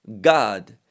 god